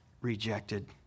rejected